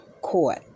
court